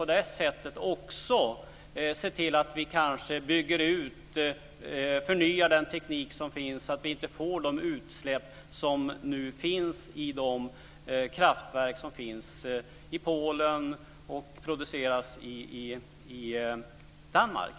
På det sättet ser man också till att vi kanske förnyar den teknik som finns så att vi inte får de utsläpp som sker från de kraftverk som finns i Polen och som produceras i Danmark.